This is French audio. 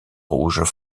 rouge